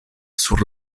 sur